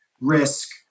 risk